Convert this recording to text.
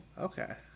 okay